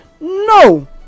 no